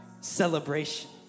celebration